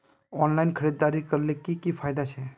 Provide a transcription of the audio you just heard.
Online खरीदारी करले की की फायदा छे?